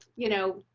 you know,